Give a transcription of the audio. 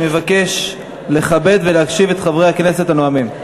אני מבקש לכבד ולהקשיב לחברי הכנסת הנואמים.